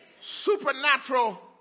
supernatural